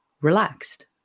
relaxed